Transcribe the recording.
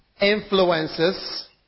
Influences